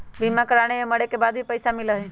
बीमा कराने से मरे के बाद भी पईसा मिलहई?